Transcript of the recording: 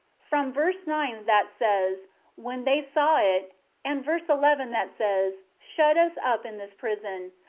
from verse nine that says when they saw it and verse eleven that says shut us up in this prison,